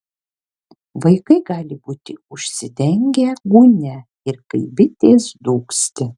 vaikai gali būti užsidengę gūnia ir kaip bitės dūgzti